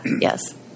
Yes